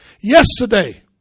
Yesterday